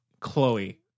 Chloe